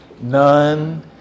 None